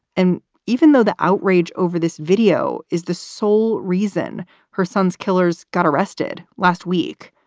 and even though the outrage over this video is the sole reason her son's killers got arrested last week,